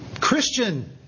Christian